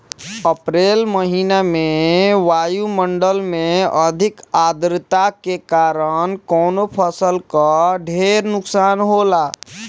अप्रैल महिना में वायु मंडल में अधिक आद्रता के कारण कवने फसल क ढेर नुकसान होला?